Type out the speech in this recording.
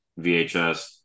vhs